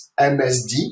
MSD